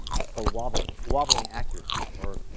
that's called wobbling wobbling accuracy or,